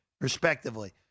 respectively